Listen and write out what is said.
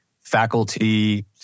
faculty